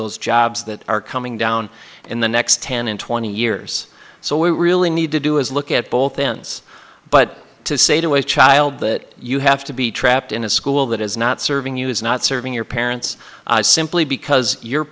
those jobs that are coming down in the next ten and twenty years so we really need to do is look at both ends but to say to a child that you have to be trapped in a school that is not serving you is not serving your parents simply because your